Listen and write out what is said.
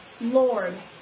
Lord